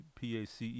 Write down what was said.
PACE